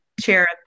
chair